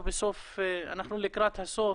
אנחנו לקראת הסוף.